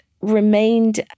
remained